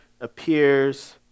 appears